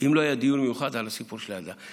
אם לא יהיה דיון מיוחד על הסיפור של הילדה.